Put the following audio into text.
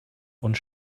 und